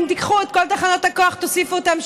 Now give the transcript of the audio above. אם תיקחו את כל תחנות הכוח ותוסיפו אותן,